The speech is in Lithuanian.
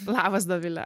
labas dovile